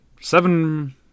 seven